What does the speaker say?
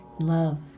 Love